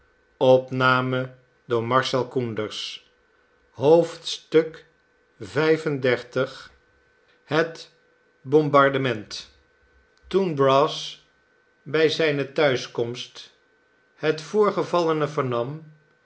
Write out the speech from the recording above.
xxxv het bombardement toen brass bij zijne thuiskomst het voorgevallene vernam